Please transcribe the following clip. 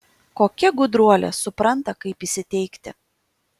kokia gudruolė supranta kaip įsiteikti